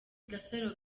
gasaro